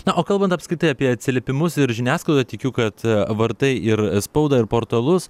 na o kalbant apskritai apie atsiliepimus ir žiniasklaidą tikiu kad vartai ir spaudą ir portalus